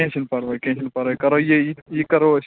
کیٚنٛہہ چھُنہ پرواے کیٚنٛہہ چھُنہ پرواے کَروے یہِ یہِ کَرو أسۍ